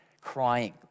crying